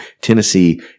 Tennessee